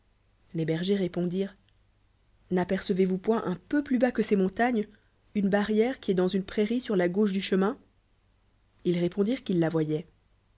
les bergers répondirent n'apercevez-vous point t liu peu plus bas que ces montagnes uoe barrière qui est dans une prairie sur la gauche du chemin ils répondirent qu'ils la voyoientehbien